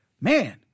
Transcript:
man